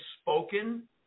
spoken